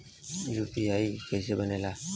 UPI कईसे बनेला?